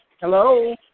Hello